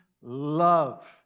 love